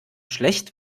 schlecht